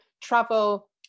travel